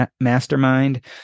mastermind